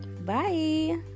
Bye